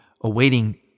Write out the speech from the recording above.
awaiting